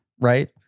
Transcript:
right